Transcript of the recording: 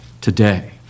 today